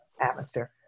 atmosphere